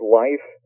life